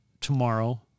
tomorrow